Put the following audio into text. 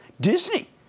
Disney